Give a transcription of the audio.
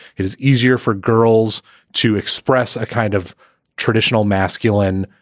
it is easier for girls to express a kind of traditional masculine